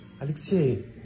Alexei